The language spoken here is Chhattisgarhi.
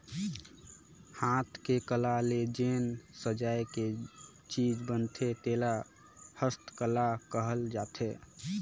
हाथ के कला ले जेन सजाए के चीज बनथे तेला हस्तकला कहल जाथे